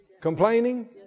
complaining